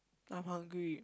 I'm hungry